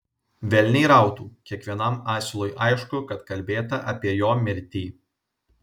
velniai rautų kiekvienam asilui aišku kad kalbėta apie jo mirtį